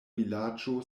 vilaĝo